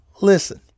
Listen